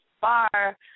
bar